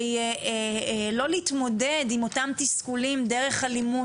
לא להתמודד עם אותם תסכולים דרך אלימות,